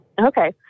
Okay